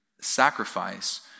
sacrifice